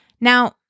Now